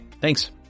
Thanks